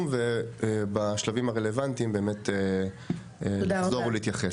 ובשלבים הרלוונטיים באמת לחזור ולהתייחס.